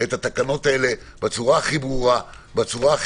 את התקנות האלה בצורה הכי ברורה וטובה.